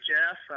Jeff